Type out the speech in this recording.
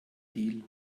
deal